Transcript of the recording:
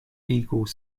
eagle